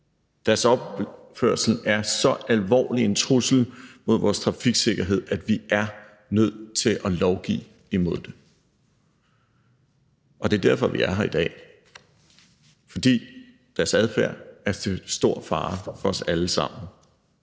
Deres opførsel er så alvorlig en trussel mod vores trafiksikkerhed, at vi er nødt til at lovgive imod det. Det er derfor, vi er her i dag, fordi deres adfærd er til stor fare for os alle sammen.